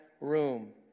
room